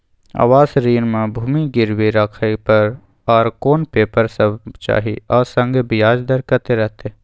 आवास ऋण म भूमि गिरवी राखै पर आर कोन पेपर सब चाही आ संगे ब्याज दर कत्ते रहते?